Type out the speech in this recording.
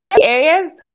areas